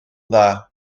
dda